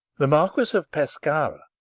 the marquis of pescara,